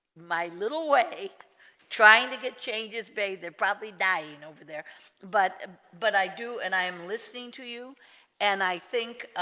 my little way trying to get changes babe they're probably dying over there but ah but i do and i am listening to you and i think